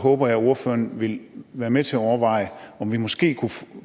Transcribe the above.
håber jeg, at ordføreren vil være med til at overveje, om vi måske